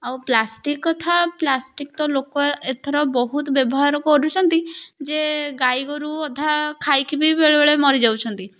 ଆଉ ପ୍ଲାଷ୍ଟିକ୍ କଥା ପ୍ଲାଷ୍ଟିକ୍ ତ ଲୋକ ଏଥର ବହୁତ ବ୍ୟବହାର କରୁଛନ୍ତି ଯେ ଗାଈ ଗୋରୁ ଅଧା ଖାଇକି ବି ବେଳେ ବେଳେ ମରିଯାଉଛନ୍ତି